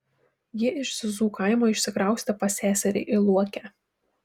ji iš zizų kaimo išsikraustė pas seserį į luokę